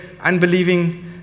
unbelieving